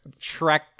trek